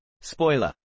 Spoiler